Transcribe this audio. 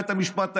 בית המשפט העליון,